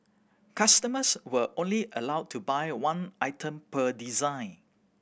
customers were only allowed to buy one item per design